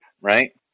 right